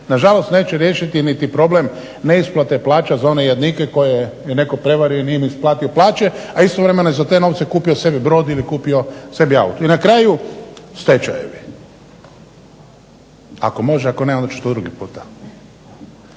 nažalost neće riješiti niti problem neisplate plaća za one jadnike koje je netko prevario i nije im isplatio plaće, a istovremeno je za te novce kupio sebi brod ili kupio sebi auto. I na kraju, stečajevi. Ako može, ako ne onda ću to drugi puta?